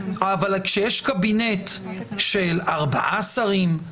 אבל כשיש קבינט של ארבעה שרים,